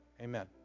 Amen